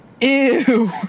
ew